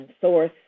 source